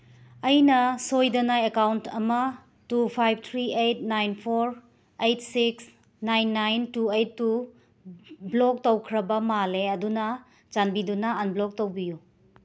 ꯑꯩꯅ ꯁꯣꯏꯗꯅ ꯑꯦꯀꯥꯎꯟ ꯑꯃ two five three eight nine four eight six nine nine two eight two block ꯇꯧꯈ꯭ꯔꯕ ꯃꯥꯜꯂꯦ ꯑꯗꯨꯅ ꯆꯥꯟꯕꯤꯗꯨꯅ ꯑꯟꯕ꯭ꯂꯣꯛ ꯇꯧꯕꯤꯌꯨ